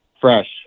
fresh